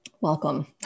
welcome